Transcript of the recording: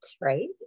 right